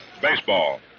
baseball